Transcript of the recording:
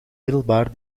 middelbaar